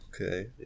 okay